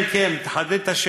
כן, כן.